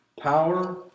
power